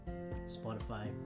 Spotify